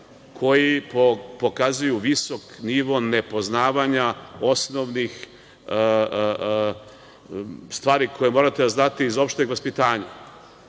koji pokazuju visok nivo nepoznavanja osnovnih stvari koje morate da znate iz opšteg vaspitanja. Recimo,